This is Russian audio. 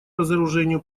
разоружению